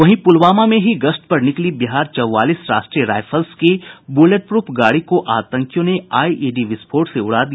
वहीं पुलवामा में ही गश्त पर निकली बिहार चौवालीस राष्ट्रीय राईफल्स की बुलेटप्रूफ गाड़ी को आतंकियों ने आईईडी विस्फोट से उड़ा दिया